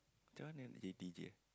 macam mana nak jadi D_J eh